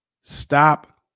Stop